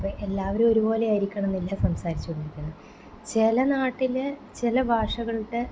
അപ്പോൾ എല്ലാവരും ഒരുപോലെ ആയിരിക്കണം എന്നില്ല സംസാരിച്ചു കൊണ്ടിരിക്കുന്നത് ചില നാട്ടിൽ ചില ഭാഷകളുടെ